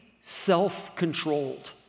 self-controlled